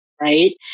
right